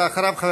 ואחריו,